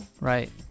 right